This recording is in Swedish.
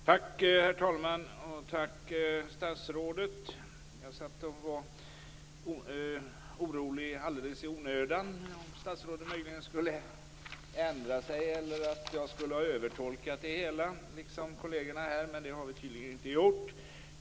Herr talman! Tack, statsrådet! Jag satt och var orolig alldeles i onödan för att statsrådet skulle ändra sig eller för att jag liksom kollegerna skulle ha övertolkat uttalandena. Det har vi tydligen inte gjort.